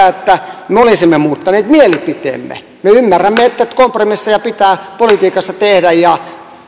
että me olisimme muuttaneet mielipiteemme me ymmärrämme että kompromisseja pitää politiikassa tehdä ja